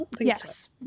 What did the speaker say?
Yes